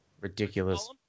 Ridiculous